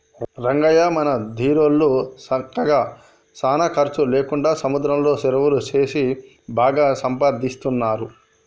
రంగయ్య మన దీరోళ్ళు సక్కగా సానా ఖర్చు లేకుండా సముద్రంలో సెరువులు సేసి బాగా సంపాదిస్తున్నారు